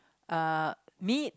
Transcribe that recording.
uh meat